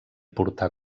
portar